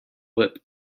lip